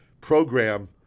program